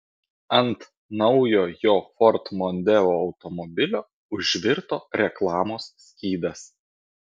ant naujo jo ford mondeo automobilio užvirto reklamos skydas